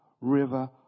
river